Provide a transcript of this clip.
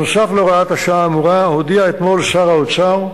נוסף על הוראת השעה האמורה הודיע אתמול שר האוצר,